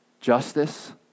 justice